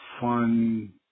fun